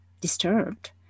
disturbed